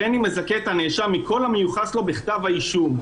הריני מזכה את הנאשם מכל המיוחס לו בכתב האישום."